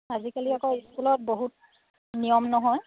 আজিকালি আকৌ স্কুলত বহুত নিয়ম নহয়